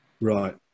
Right